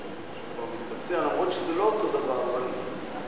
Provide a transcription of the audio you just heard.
שכבר מתבצע, למרות שזה לא אותו דבר, אבל כהעשרה.